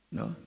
no